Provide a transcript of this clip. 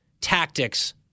tactics